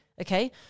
Okay